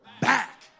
Back